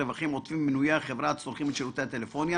רווחים עודפים ממנויי החברה הצורכים את שירותי הטלפוניה,